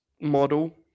model